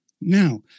Now